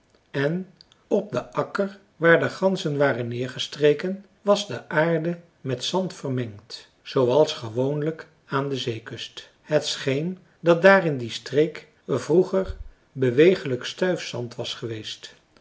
en op den akker waar de ganzen waren neergestreken was de aarde met zand vermengd zooals gewoonlijk aan de zeekust het scheen dat daar in die streek vroeger bewegelijk stuifzand was geweest